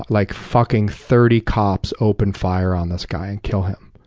like fucking thirty cops open fire on this guy and kill him.